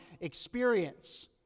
experience